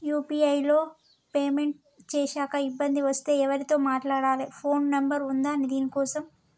UPI లో payment చేశాక ఇబ్బంది వస్తే ఎవరితో మాట్లాడాలి? ఫోన్ నంబర్ ఉందా దీనికోసం?